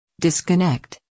disconnect